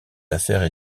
affaires